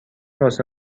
واسه